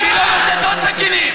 אם היא לא נושאת עוד סכינים.